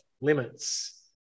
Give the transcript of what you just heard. limits